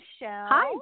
Hi